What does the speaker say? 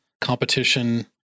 competition